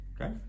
okay